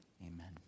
Amen